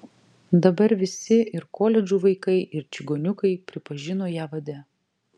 dabar visi ir koledžų vaikai ir čigoniukai pripažino ją vade